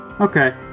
Okay